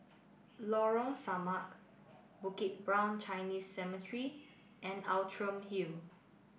Lorong Samak Bukit Brown Chinese Cemetery and Outram Hill